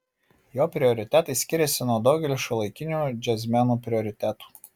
jo prioritetai skiriasi nuo daugelio šiuolaikinių džiazmenų prioritetų